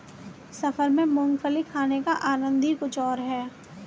सफर में मूंगफली खाने का आनंद ही कुछ और है